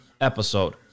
episode